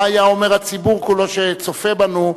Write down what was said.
מה היה אומר הציבור כולו שצופה בנו,